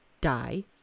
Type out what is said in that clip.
die